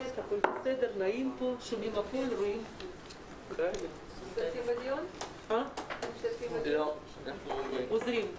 יש כמה נושאים גדולים ואנחנו ננסה לחלק את